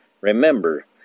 Remember